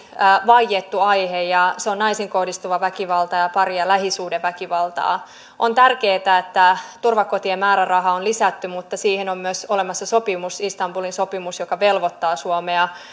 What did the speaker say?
vaiettu aihe ja se on naisiin kohdistuva väkivalta ja pari ja lähisuhdeväkivalta on tärkeätä että turvakotien määrärahaa on lisätty mutta siihen on olemassa myös sopimus istanbulin sopimus joka velvoittaa suomea